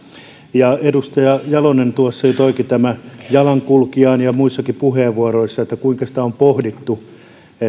edustaja jalonen tuossa jo toikin tämän jalankulkijan ja mainittiin se muissakin puheenvuoroissa että kuinka sitä on pohdittu että